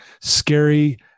scary